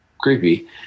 creepy